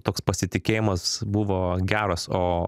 toks pasitikėjimas buvo geras o